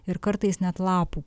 ir kartais net lapų